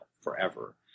forever